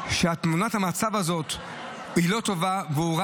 שתמונת המצב הזאת היא לא טובה והוא הורה